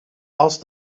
als